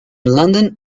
london